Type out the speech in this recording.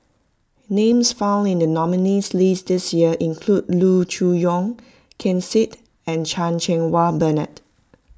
names found in the nominees' list this year include Loo Choon Yong Ken Seet and Chan Cheng Wah Bernard